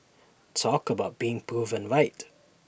talk about being proven right